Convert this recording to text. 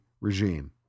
regime